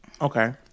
Okay